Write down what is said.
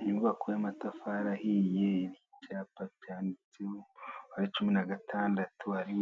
Inyubako y'amatafari ahiye hari icyapa cyanditseho kuri cumi na gatandatu hari